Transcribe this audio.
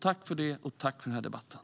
Tack för det, och tack för den här debatten!